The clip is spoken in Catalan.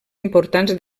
importants